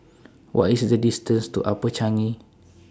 What IS The distance to Upper Changi